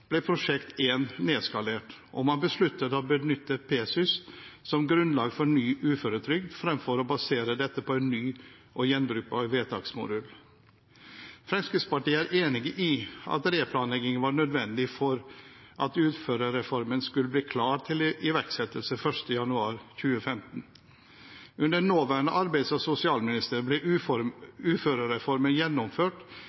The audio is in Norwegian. ble Prosjekt 1 nedskalert, og man besluttet å benytte Pesys som grunnlag for ny uføretrygd fremfor å basere dette på en ny og gjenbrukbar vedtaksmodul. Fremskrittspartiet er enig i at en replanleggingen var nødvendig for at uførereformen skulle bli klar til iverksettelse 1. januar 2015. Under nåværende arbeids- og sosialminister ble uførereformen gjennomført